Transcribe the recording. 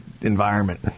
environment